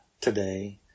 today